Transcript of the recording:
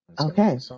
Okay